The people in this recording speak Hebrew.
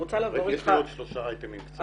יש לי עוד שלושה אייטמים קצרים.